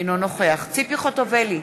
אינו נוכח ציפי חוטובלי,